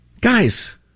Guys